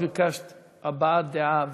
את ביקשת הבעת דעה,